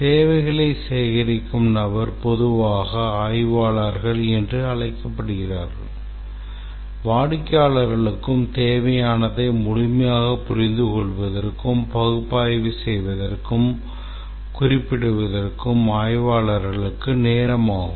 தேவைகளைச் சேகரிக்கும் நபர் பொதுவாக ஆய்வாளர்கள் என்று அழைக்கப்படுகிறார் வாடிக்கையாளர்களுக்குத் தேவையானதை முழுமையாகப் புரிந்துகொள்வதற்கும் பகுப்பாய்வு செய்வதற்கும் குறிப்பிடுவதற்கும் ஆய்வாளர்களுக்கு நேரம் ஆகும்